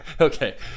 okay